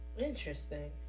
interesting